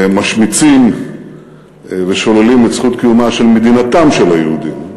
משמיצים ושוללים את זכות קיומה של מדינתם של היהודים.